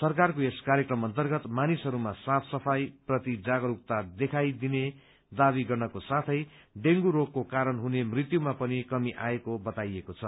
सरकारको यस कार्यक्रम अन्तर्गत मानिसहरूमा साफ सफाईप्रति जागरूकता देखाई दिने दावी गर्नको साथै डेंगू रोगको कारण हुने मृत्युमा पनि कमी आएको बताएको छ